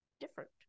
different